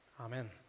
Amen